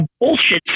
bullshit